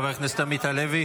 חבר הכנסת עמית הלוי.